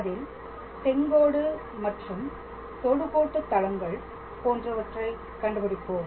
அதில் செங்கோடு மற்றும் தொடுகோட்டு தளங்கள் போன்றவற்றை கண்டுபிடிப்போம்